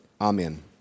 Amen